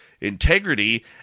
integrity